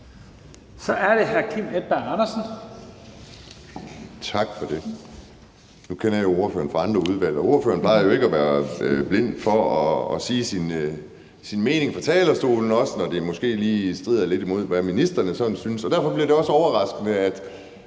Kl. 11:39 Kim Edberg Andersen (NB): Tak for det. Nu kender jeg ordføreren fra andre udvalg, og ordføreren plejer jo ikke at være bleg for at sige sin mening fra talerstolen, heller ikke når det måske lige strider lidt imod, hvad ministrene sådan synes. Derfor er jeg også overrasket,